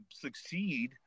succeed